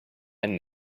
and